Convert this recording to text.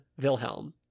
Wilhelm